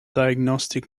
diagnostic